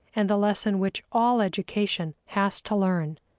and the lesson which all education has to learn.